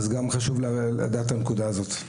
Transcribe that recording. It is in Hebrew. אז חשוב לדעת גם את הנקודה הזאת.